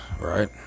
right